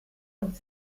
und